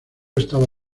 estaba